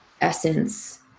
essence